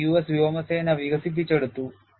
ഇത് യുഎസ് വ്യോമസേന വികസിപ്പിച്ചെടുത്തു